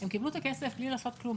הם קיבלו את הכסף בלי לעשות כלום,